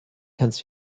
kannst